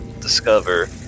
discover